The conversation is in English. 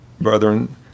brethren